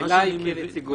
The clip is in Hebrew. אליי כנציגו.